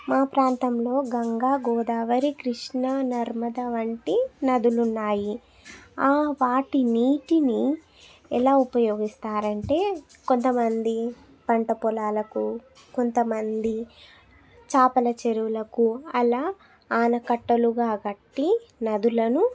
మా ప్రాంతంలో గంగా గోదావరి కృష్ణా నర్మదా వంటి నదులు ఉన్నాయి వాటి నీటిని ఎలా ఉపయోగిస్తారు అంటే కొంత మంది పంటపొలాలకు కొంత మంది చేపల చెరువులకు అలా ఆనకట్టలుగా కట్టి నదులను